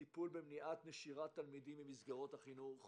הטיפול במניעת נשירת תלמידים ממסגרות החינוך